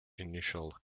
initial